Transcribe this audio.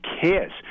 cares